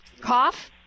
cough